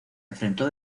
enfrentó